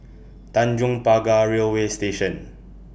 Tanjong Pagar Railway Station